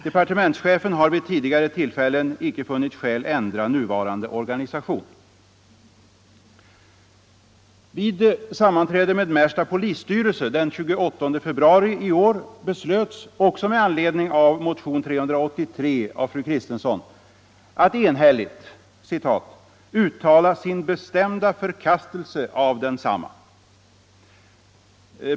Departementschefen har vid tidigare tillfällen icke funnit skäl ändra nuvarande organisation.” Vid sammanträde med Märsta polisstyrelse den 28 februari i år beslöt man, också med anledning av motionen 383 av fru Kristensson, att enhälligt ”uttala sin bestämda förkastelse av densamma”.